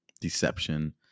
deception